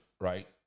right